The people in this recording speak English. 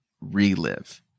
relive